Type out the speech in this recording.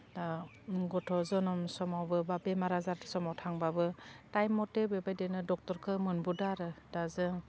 दा गथ' जनम समावबो बा बेमार आजार समाव थांबाबो टाइम मथे बेबायदिनो डक्टरखौ मोनबोदों आरो दा जों